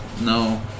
no